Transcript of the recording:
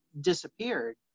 disappeared